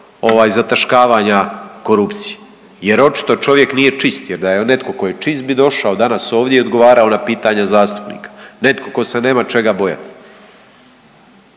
djelo zataškavanja korupcije jer očito čovjek nije čist jer da je netko tko je čist bi došao danas ovdje i odgovarao na pitanja zastupnika, netko ko se nema čega bojati.